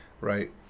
right